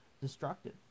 destructive